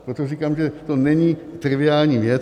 Proto říkám, že to není vůbec triviální věc.